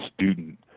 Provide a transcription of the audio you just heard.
student